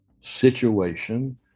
situation